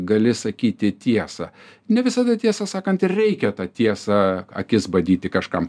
gali sakyti tiesą ne visada tiesą sakant ir reikia tą tiesą akis badyti kažkam